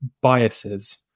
biases